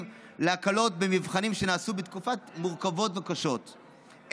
להקלות במבחנים שנעשו בתקופות מורכבות וקשות,